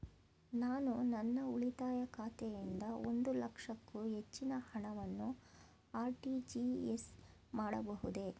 ನಾನು ನನ್ನ ಉಳಿತಾಯ ಖಾತೆಯಿಂದ ಒಂದು ಲಕ್ಷಕ್ಕೂ ಹೆಚ್ಚಿನ ಹಣವನ್ನು ಆರ್.ಟಿ.ಜಿ.ಎಸ್ ಮಾಡಬಹುದೇ?